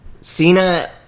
cena